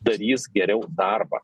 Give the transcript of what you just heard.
darys geriau darbą